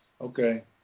Okay